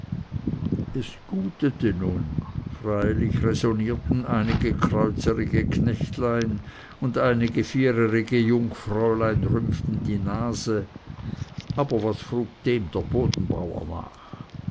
es gutete nun freilich räsonierten einige kreuzerige knechtlein und einige viererige jungfräulein rümpften die nase aber was frug dem der bodenbauer nach